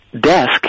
desk